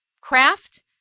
craft